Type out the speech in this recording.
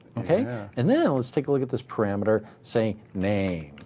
and now let's take a look at this parameter saying name.